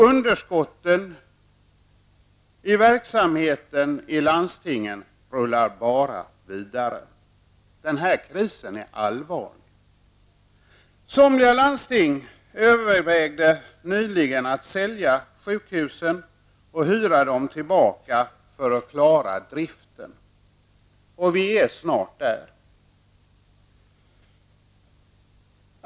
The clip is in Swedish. Underskotten i verksamheten i landstingen rullar bara vidare. Den här krisen är allvarlig. Somliga landsting övervägde nyligen att sälja sina sjukhus och hyra tillbaka dem för att klara driften. Vi är snart där.